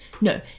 No